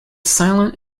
silent